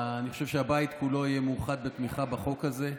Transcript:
אני חושב שהבית כולו יהיה מאוחד בתמיכה בחוק הזה.